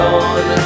on